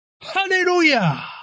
Hallelujah